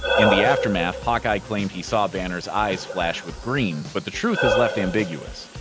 in the aftermath, hawkeye claimed he saw banner's eyes flash with green, but the truth is left ambiguous.